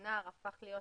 ושיקום כלכלי.